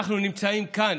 אנחנו נמצאים כאן